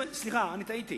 דבר שבאמת יעזור לעניים.